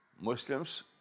Muslims